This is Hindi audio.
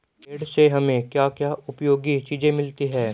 भेड़ से हमें क्या क्या उपयोगी चीजें मिलती हैं?